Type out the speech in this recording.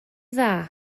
dda